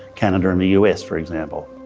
canada, and the us, for example.